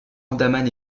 andaman